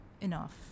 enough